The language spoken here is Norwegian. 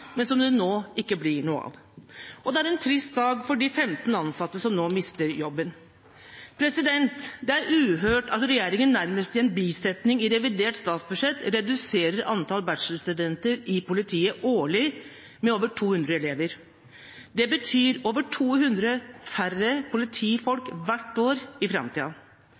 men som det nå ikke blir noe av. Og det er en trist dag for de 15 ansatte som nå mister jobben. Det er uhørt at regjeringen nærmest i en bisetning i revidert nasjonalbudsjett reduserer antall bachelorstudenter i politiet årlig med over 200 elever. Det betyr over 200 færre politifolk hvert år i